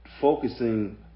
focusing